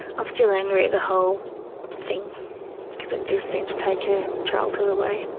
i'm still angry at the whole thing because it just seemed to take her childhood away.